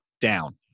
down